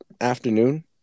afternoon